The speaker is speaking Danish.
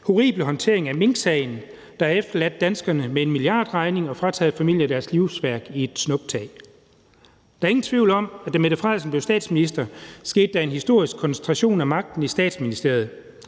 horrible håndtering af minksagen, der har efterladt danskerne med en milliardregning og frataget familier deres livsværk i et snuptag. Der er ingen tvivl om, at da statsministeren blev statsminister, skete der en historisk koncentration af magten i Statsministeriet,